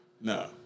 no